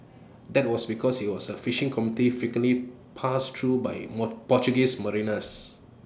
that was because IT was A fishing community frequently passed through by more Portuguese mariners